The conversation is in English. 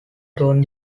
don’t